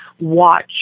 watch